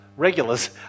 regulars